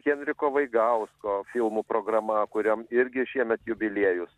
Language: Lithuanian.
henriko vaigausko filmų programa kuriam irgi šiemet jubiliejus